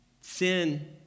sin